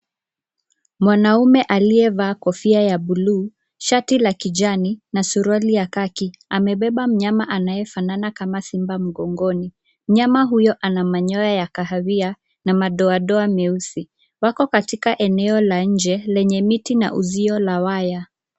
Mwanaume aliyevaa kofia ya bluu, shati la kijani na suruali ya kaki. Amebeba mnyama anayefanana kama simba mgongoni. Mnyama huyo ana manyoya ya kahawia na madoadoa meusi. Wako katika eneo la nje lenye miti na uzio wa waya.